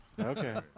Okay